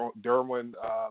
Derwin